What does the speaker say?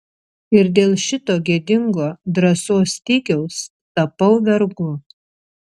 ir dėl šito gėdingo drąsos stygiaus tapau vergu